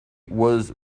was